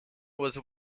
was